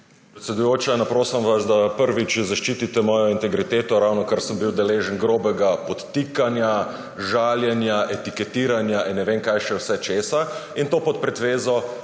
Predsedujoča, naprošam vas, da, prvič, zaščitite mojo integriteto, ravnokar sem bil deležen grobega podtikanja, žaljenja, etiketiranja in ne vem česa še vse, in to pod pretvezo